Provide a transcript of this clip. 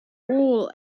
all